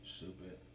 Stupid